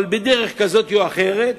אבל בדרך כזאת או אחרת